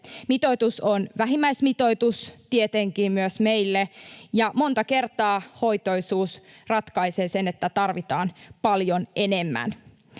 Mitoitus on vähimmäismitoitus tietenkin myös meille, ja monta kertaa hoitoisuus ratkaisee sen, että tarvitaan paljon enemmän.